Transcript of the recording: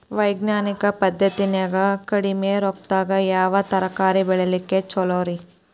ವೈಜ್ಞಾನಿಕ ಪದ್ಧತಿನ್ಯಾಗ ಕಡಿಮಿ ರೊಕ್ಕದಾಗಾ ಯಾವ ತರಕಾರಿ ಬೆಳಿಲಿಕ್ಕ ಛಲೋರಿ?